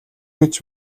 гэж